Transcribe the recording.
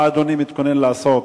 מה אדוני מתכונן לעשות,